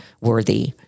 worthy